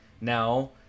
Now